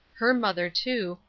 her mother, too,